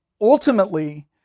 ultimately